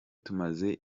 tumaze